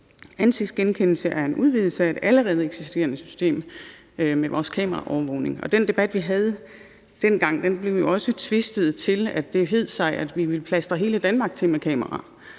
Ansigtsgenkendelse er en udvidelse af et allerede eksisterende system med kameraovervågning, og den debat, vi havde dengang, blev jo også tvistet på den måde, at det hed sig, at vi ville plastre hele Danmark til med kameraer.